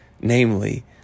namely